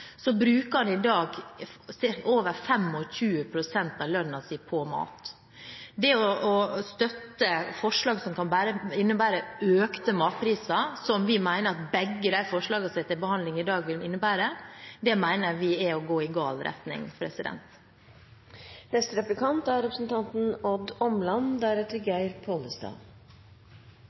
støtte forslag som kan innebære økte matpriser, som vi mener at begge de forslagene som er til behandling i dag, vil innebære, mener vi er å gå i gal retning. Statsråden representerer et parti som til stadighet har sagt at det er